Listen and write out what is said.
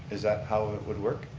is that how it would work?